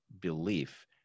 belief